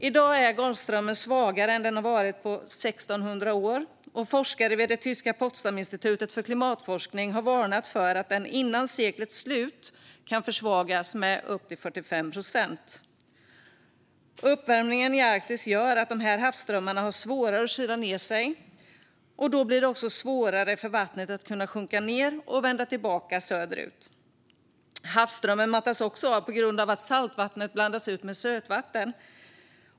I dag är Golfströmmen svagare än den har varit på 1 600 år, och forskare vid det tyska Potsdaminstitutet för klimatforskning har varnat för att strömmen innan seklets slut kan försvagas med upp till 45 procent. Uppvärmningen i Arktis gör att havsströmmarna har svårare att kyla ned sig, och då blir det också svårare för vattnet att sjunka ned och vända tillbaka söderut. Havsströmmen mattas också av på grund av att saltvattnet blandas ut med sötvatten.